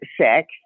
sex